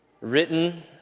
written